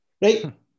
right